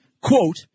quote